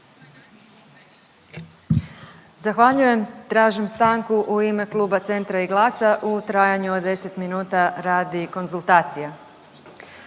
Zahvaljujem. Tražim stanku u ime Kluba Centra i GLAS-a u trajanju od 10 minuta radi konzultacije.